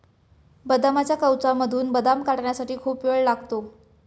बदामाच्या कवचामधून बदाम काढण्यासाठी खूप वेळ लागतो